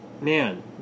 Man